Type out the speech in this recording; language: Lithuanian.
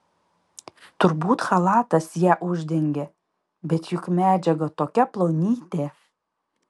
turbūt chalatas ją uždengė bet juk medžiaga tokia plonytė